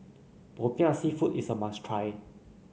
popiah seafood is a must try